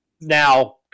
Now